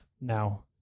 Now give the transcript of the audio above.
now